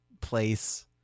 place